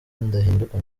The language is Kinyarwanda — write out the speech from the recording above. ndahinduka